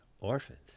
Orphans